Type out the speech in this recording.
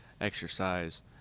exercise